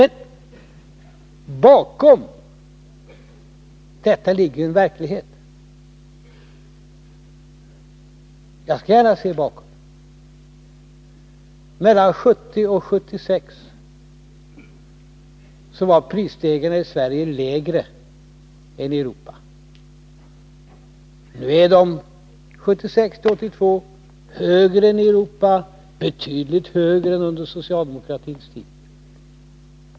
Men bakom detta ligger en verklighet, och jag skall gärna se bakåt. Mellan 1970 och 1976 var prisstegringarna i Sverige lägre än i Europa. 1976-1982 har de varit högre än i Europa — betydligt högre än under socialdemokratins tid.